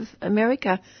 America